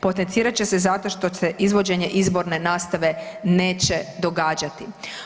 Potencirati će se zato što se izvođenje izborne nastave neće događati.